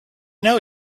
know